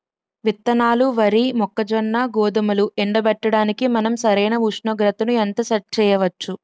విత్తనాలు వరి, మొక్కజొన్న, గోధుమలు ఎండబెట్టడానికి మనం సరైన ఉష్ణోగ్రతను ఎంత సెట్ చేయవచ్చు?